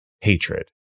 hatred